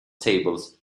tables